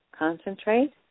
Concentrate